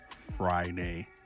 Friday